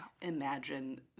imagine